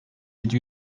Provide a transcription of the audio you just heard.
yedi